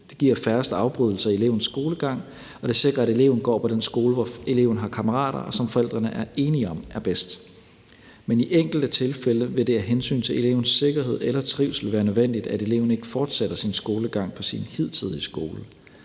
Det giver færrest afbrydelser i elevens skolegang, og det sikrer, at eleven går på den skole, hvor eleven har kammerater, og som forældrene er enige om er bedst. Men i enkelte tilfælde vil det af hensyn til elevens sikkerhed eller trivsel været nødvendigt, at eleven ikke fortsætter sin skolegang på sin hidtidige skole.